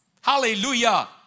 Hallelujah